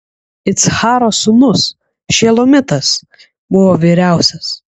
iccharo sūnus šelomitas buvo vyriausias